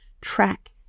track